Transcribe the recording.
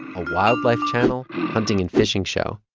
a wildlife channel, hunting and fishing show.